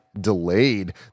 delayed